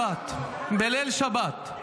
אתם מפלגה גזענית, מפלגה לא לגיטימית.